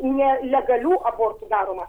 nelegalių abortų daroma